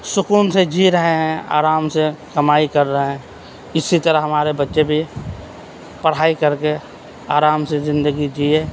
سکون سے جی رہے ہیں آرام سے کمائی کر رہے ہیں اسی طرح ہمارے بچّے بھی پڑھائی کر کے آرام سے زندگی جیے